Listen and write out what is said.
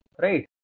Right